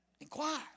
Inquire